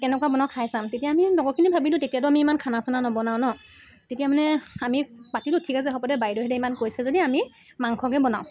কেনেকুৱা বনাও খাই চাম তেতিয়া আমি লগৰখিনি ভাবিলোঁ তেতিয়াতো আমি ইমান খানা চানা নবনাওঁ ন তেতিয়া মানে আমি পাতিলোঁ ঠিক আছে হ'ব দে বাইদেউহঁতে ইমান কৈছে যদি আমি মাংসকে বনাওঁ